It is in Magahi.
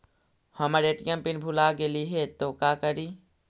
हमर ए.टी.एम पिन भूला गेली हे, तो का करि?